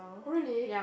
really